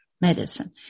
medicine